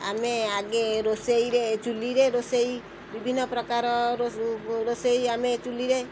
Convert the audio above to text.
ଆମେ ଆଗେ ରୋଷେଇରେ ଚୁଲିରେ ରୋଷେଇ ବିଭିନ୍ନ ପ୍ରକାର ରୋଷେଇ ଆମେ ଚୁଲିରେ